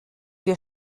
wir